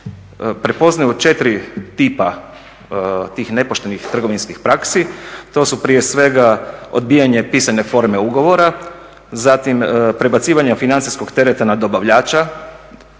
prepoznaju četiri tipa tih nepoštenih trgovinskih praksi. To su prije svega odbijanje pisane forme ugovora, zatim prebacivanje financijskog tereta na dobavljača,